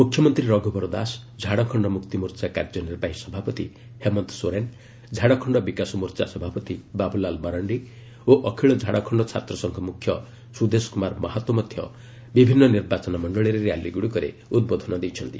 ମୁଖ୍ୟମନ୍ତ୍ରୀ ରଘୁବର ଦାସ ଝାଡ଼ଖଣ୍ଡ ମୁକ୍ତିମୋର୍ଚ୍ଚା କାର୍ଯ୍ୟନିର୍ବାହୀ ସଭାପତି ହେମନ୍ତ ସୋରେନ୍ ଝାଡ଼ଖଣ୍ଡ ବିକାଶ ମୋର୍ଚ୍ଚା ସଭାପତି ବାବୁଲାଲ୍ ମରାଣ୍ଡି ଓ ଅଖିଳ ଝାଡ଼ଖଣ୍ଡ ଛାତ୍ରସଂଘ ମୁଖ୍ୟ ସୁଦେଶ କୁମାର ମାହାତୋ ମଧ୍ୟ ବିଭିନ୍ନ ନିର୍ବାଚନ ମକ୍ଷଳୀରେ ର୍ୟାଲିଗୁଡ଼ିକରେ ଉଦ୍ବୋଧନ ଦେଇଛନ୍ତି